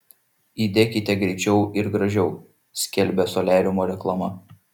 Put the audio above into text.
įdekite greičiau ir gražiau skelbia soliariumo reklama